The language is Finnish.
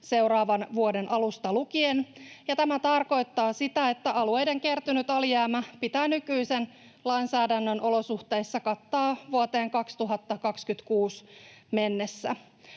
seuraavan vuoden alusta lukien, ja tämä tarkoittaa sitä, että alueiden kertynyt alijäämä pitää nykyisen lainsäädännön olosuhteissa kattaa vuoteen 2026 mennessä.